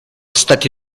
stati